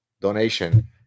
donation